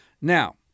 Now